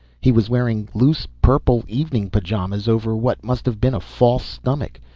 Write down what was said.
he was wearing loose, purple evening pajamas over what must have been a false stomach.